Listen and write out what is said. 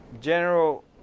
general